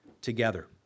together